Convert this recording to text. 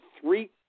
three